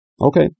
Okay